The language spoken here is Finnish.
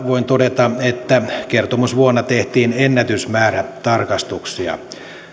voin todeta että kertomusvuonna tehtiin ennätysmäärä tarkastuksia